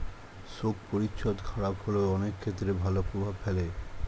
শোক পরিচ্ছদ খারাপ হলেও অনেক ক্ষেত্রে ভালো প্রভাব ফেলে